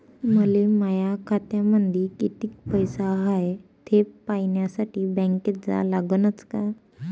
मले माया खात्यामंदी कितीक पैसा हाय थे पायन्यासाठी बँकेत जा लागनच का?